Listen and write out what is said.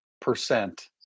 percent